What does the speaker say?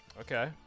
Okay